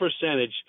percentage